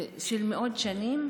לפני מאות שנים,